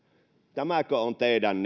tämäkö on teidän